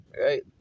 Right